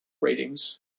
ratings